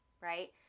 right